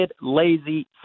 lazy